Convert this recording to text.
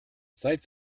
seit